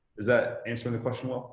does that answer the question,